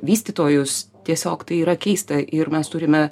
vystytojus tiesiog tai yra keista ir mes turime